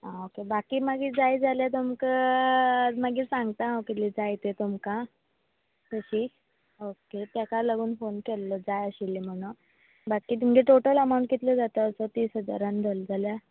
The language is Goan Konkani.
आं ओके बाकी मागीर तुमकां जाय जाल्यार सांगता कितले जाय ते तुमकां तशी ओके तेका लागून फोन केल्लो जाय आशिल्ली म्हणून बाकी तुमगेलो टॉटल एमावंट कितलो जाता तो तीस हजारान धरलो जाल्यार